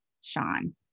Sean